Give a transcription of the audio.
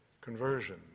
conversion